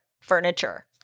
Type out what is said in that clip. furniture